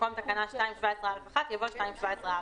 במקום "בתקנה 2(17)(א)(1)" יבוא "בתקנה 2(17)(א)".